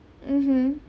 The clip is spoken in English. mmhmm